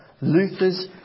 Luther's